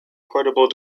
portable